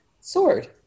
sword